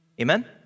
Amen